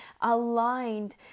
aligned